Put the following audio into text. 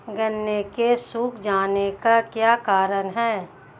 गन्ने के सूख जाने का क्या कारण है?